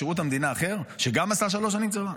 בשירות המדינה שגם עשה שלוש שנים צבא?